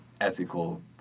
ethical